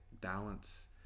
balance